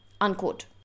Unquote